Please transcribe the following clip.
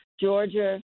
Georgia